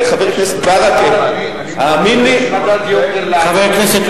חבר הכנסת ברכה, האמן לי, יש מדד יוקר לעניים